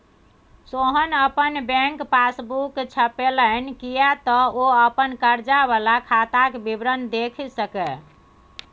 सोहन अपन bank passbook छपेलनि किएक तँ ओ अपन कर्जा वला खाताक विवरण देखि सकय